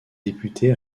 député